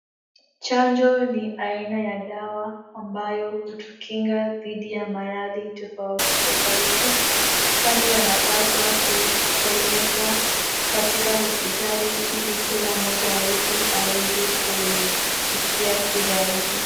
Chanjo ni aina ya dawa ambayo hutukinga dhidi ya maradhi tofauti tofauti. Chanjo yanapaswa kupelekwa katika hospitali ili kila mmoja wetu aweze kuifikia kirahisi.